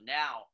now